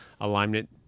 alignment